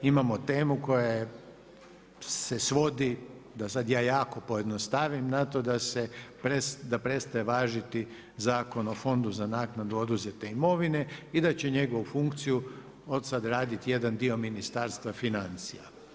Imamo temu koja je se svodi da sad ja jako pojednostavim na to, da prestaje važiti Zakon o Fondu za naknadu oduzete imovine i da će njegovu funkciju, od sada raditi jedan dio Ministarstva financija.